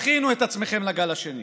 תכינו את עצמכם לגל השני.